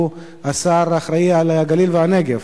שהוא השר שאחראי לגליל ולנגב: